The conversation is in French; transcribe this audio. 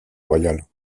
royal